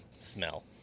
smell